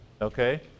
okay